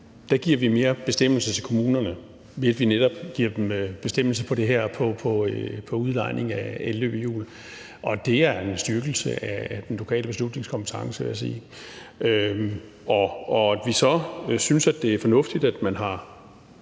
giver vi mere selvbestemmelse til kommunerne ved, at vi netop lader dem bestemme på det her område, udlejning af elløbehjul, og det er en styrkelse af den lokale beslutningskompetence, vil jeg sige. At vi så synes, at det er fornuftigt, at man har